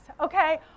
okay